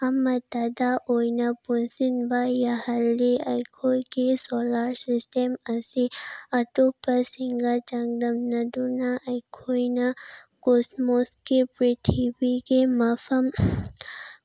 ꯑꯃꯠꯇꯗ ꯑꯣꯏꯅ ꯄꯨꯟꯁꯤꯟꯕ ꯌꯥꯍꯜꯂꯤ ꯑꯩꯈꯣꯏꯒꯤ ꯁꯣꯂꯔ ꯁꯤꯁꯇꯦꯝ ꯑꯁꯤ ꯑꯇꯣꯞꯄꯁꯤꯡꯒ ꯆꯥꯡꯗꯝꯅꯗꯨꯅ ꯑꯩꯈꯣꯏꯅ ꯀꯣꯁꯃꯣꯁꯀꯤ ꯄ꯭ꯔꯤꯊꯤꯕꯤꯒꯤ ꯃꯐꯝ